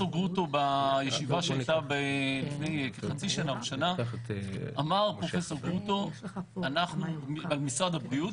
בישיבה שהייתה לפני כחצי שנה או שנה אמר פרופסור גרוטו על משרד הבריאות,